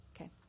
Okay